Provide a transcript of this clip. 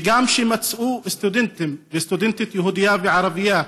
וגם כשמצאו סטודנטים, סטודנטית יהודייה וערבייה,